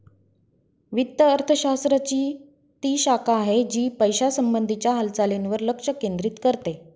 वित्त अर्थशास्त्र ची ती शाखा आहे, जी पैशासंबंधी च्या हालचालींवर लक्ष केंद्रित करते